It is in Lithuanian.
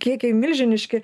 kiekiai milžiniški